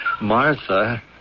Martha